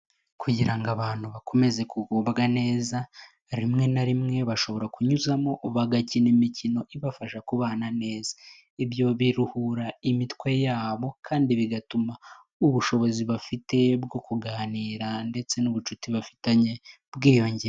Kugira ngo abantu bakomeze kugubwa neza, rimwe na rimwe bashobora kunyuzamo bagakina imikino ibafasha kubana neza, ibyo biruhura imitwe yabo kandi bigatuma ubushobozi bafite bwo kuganira ndetse n'ubucuti bafitanye bwiyongengera.